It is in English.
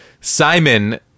simon